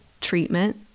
treatment